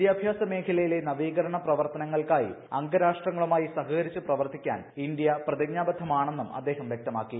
വിദ്യാഭ്യാസമേഖലയിലെ നവീകരണ പ്രവ്യർത്തനങ്ങൾക്കായി അംഗ രാഷ്ട്രങ്ങളുമായി സഹകരിച്ച് പ്രവർത്തിക്കാ്ൻ ഇന്ത്യ പ്രതിജ്ഞാ ബദ്ധമാണെന്നും അദ്ദേഹം വ്യക്തമാക്കി